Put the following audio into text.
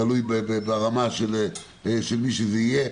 תלוי ברמה של מי שזה לא יהיה.